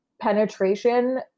penetration